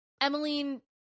Emmeline